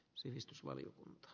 sivistysvaliokunta